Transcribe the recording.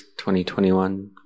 2021